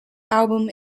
album